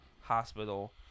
hospital